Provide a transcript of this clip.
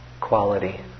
quality